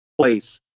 place